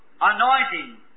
anointing